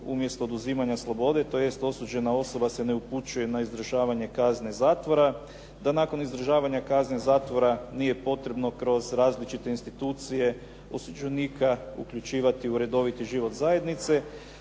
umjesto oduzimanja slobode, tj. osuđena osoba se ne upućuje na izdržavanje kazne zatvora, da nakon izdržavanja kazne zatvora nije potrebno kroz različite institucije osuđenika uključivati u redoviti život zajednice